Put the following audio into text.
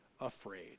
afraid